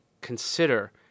consider